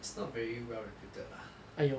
it's not very well reputed lah